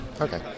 Okay